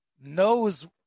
knows